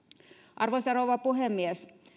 arvoisa rouva puhemies